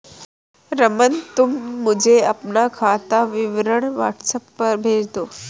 रमन, तुम मुझे अपना खाता विवरण व्हाट्सएप पर भेज दो